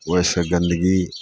ओइसँ गन्दगी